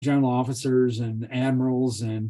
General Officers and Admirals and...